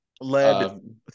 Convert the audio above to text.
Led